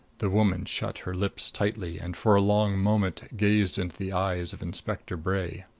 the woman shut her lips tightly and for a long moment gazed into the eyes of inspector bray.